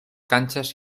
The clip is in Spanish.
canchas